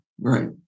Right